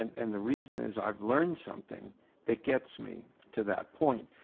and and the reason is i've learned something that gets me to that point.